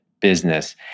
business